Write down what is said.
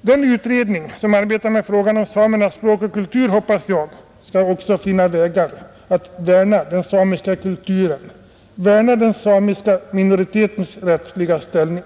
Den utredning som arbetar med frågan om samernas språk och kultur hoppas jag också skall finna vägar att värna den samiska kulturen och den samiska minoritetens rättsliga ställning.